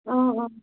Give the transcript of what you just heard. اۭں اۭں